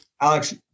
Alex